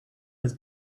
his